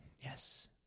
yes